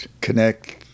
connect